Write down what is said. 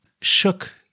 shook